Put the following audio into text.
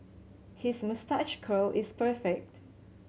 his moustache curl is perfect